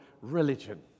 religion